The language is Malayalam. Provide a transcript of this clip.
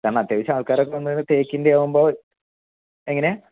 കാരണം അത്യാവശ്യം ആൾക്കാരൊക്കെ വന്ന് തേക്കിൻറ്റെ ആകുമ്പോൾ എങ്ങനെ